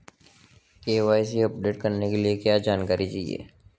KYC update करने के लिए क्या जानकारी चाहिए?